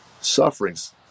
suffering's